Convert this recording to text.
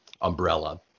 umbrella